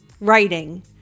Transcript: writing